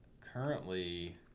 currently